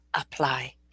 apply